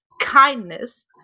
Kindness